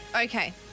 Okay